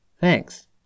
Thanks